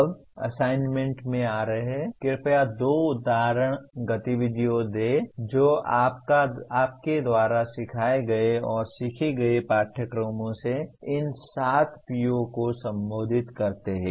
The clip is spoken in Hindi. अब असाइनमेंट में आ रहे हैं कृपया दो उदाहरण गतिविधियाँ दें जो आपके द्वारा सिखाए गए और सीखे गए पाठ्यक्रमों से इन 7 PO को संबोधित करते हैं